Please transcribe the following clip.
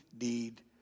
need